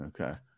Okay